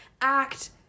act